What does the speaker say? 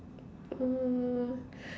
oh